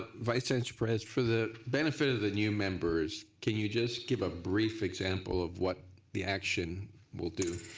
ah vice chancellor and perez for the benefit of the new members can you just give a brief example of what the action will do?